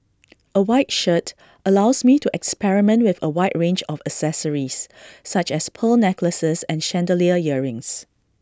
A white shirt allows me to experiment with A wide range of accessories such as pearl necklaces and chandelier earrings